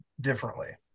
differently